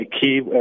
key